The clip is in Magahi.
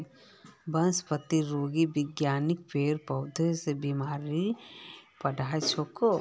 वनस्पतिरोग विज्ञान पेड़ पौधार बीमारीर पढ़ाई छिके